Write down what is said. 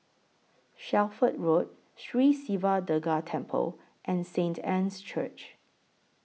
Shelford Road Sri Siva Durga Temple and Saint Anne's Church